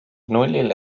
nullile